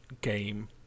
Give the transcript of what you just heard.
game